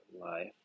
life